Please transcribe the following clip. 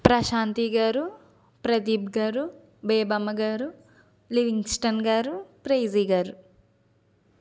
ప్రశాంతి గారు ప్రదీప్ గారు బేబమ్మగారు లివింగ్స్టన్ గారు ప్రైజి గారు